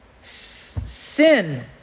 Sin